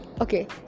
okay